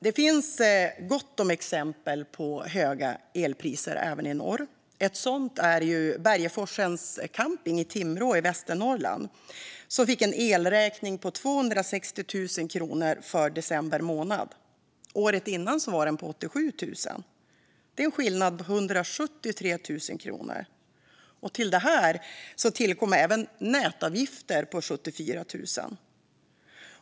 Det finns gott om exempel på höga elpriser även i norr. Ett exempel jag vill nämna är Bergeforsparkens Camping i Timrå i Västernorrland som fick en elräkning på 260 000 kronor för december månad. Året innan var den på 87 000 kronor. Det är en skillnad på 173 000 kronor. Sedan tillkommer även nätavgifter på 74 000 kronor.